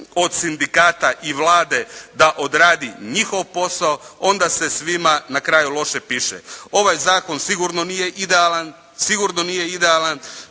od sindikata i Vlade da odradi njihov posao, onda se svima na kraju loše piše. Ovaj zakon sigurno nije idealan, sigurno nije idealan